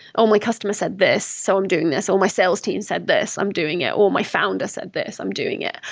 oh, my customer said this, so i'm doing this, or my sales team said this. i'm doing it, or my found this this. i'm doing it.